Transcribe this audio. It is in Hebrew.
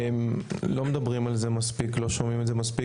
לא מדברים על זה מספיק, לא שומעים את זה מספיק.